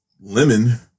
Lemon